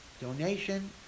donation